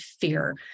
fear